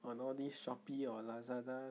on all these shopee or lazada